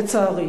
לצערי.